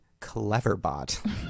Cleverbot